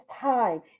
time